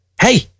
Hey